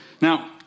Now